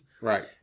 Right